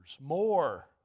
more